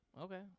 Okay